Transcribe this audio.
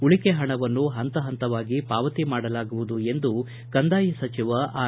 ಉಳಿಕೆ ಪಣವನ್ನು ಪಂತ ಪಂತವಾಗಿ ಪಾವತಿ ಮಾಡಲಾಗುವುದು ಎಂದು ಕಂದಾಯ ಸಚಿವ ಆರ್